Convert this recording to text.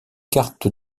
cartes